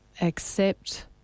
accept